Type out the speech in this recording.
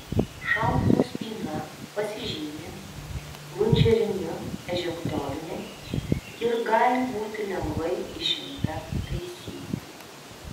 šautuvo spyna pasižymi plunžeriniu ežektoriumi ir gali būti lengvai išimta taisyti